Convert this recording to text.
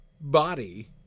body